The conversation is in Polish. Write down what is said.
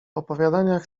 opowiadaniach